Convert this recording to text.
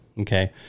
Okay